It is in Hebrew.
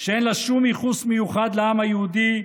שאין בה שום ייחוס מיוחד לעם היהודי,